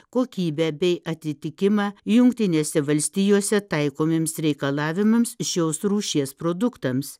kokybę bei atitikimą jungtinėse valstijose taikomiems reikalavimams šios rūšies produktams